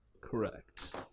Correct